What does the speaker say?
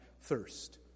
thirst